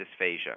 dysphagia